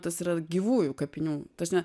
tas yra gyvųjų kapinių ta prasme